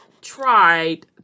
tried